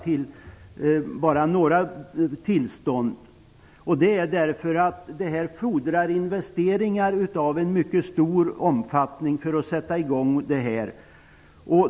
Anledningen härtill är att det fordrar investeringar av mycket stor omfattning för att sätta i gång sådant här spel.